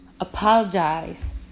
apologize